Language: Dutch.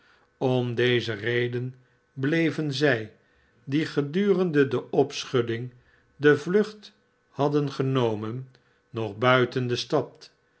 om deze reden bleven zij die gedurende de opschudding de vlucht hadden genomen nog buiten de stad